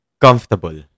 comfortable